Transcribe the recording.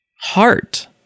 heart